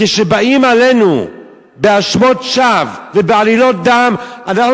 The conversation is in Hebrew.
כשבאים בהאשמות שווא ובעלילות דם עלינו